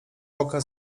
oka